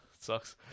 sucks